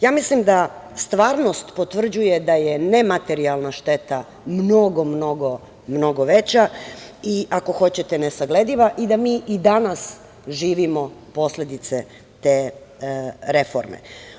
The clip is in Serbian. Ja mislim da stvarnost potvrđuje da je nematerijalna šteta mnogo, mnogo veća i ako hoćete nesaglediva i da mi i danas živimo posledice te reforme.